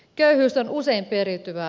köyhyys on usein periytyvää